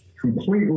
completely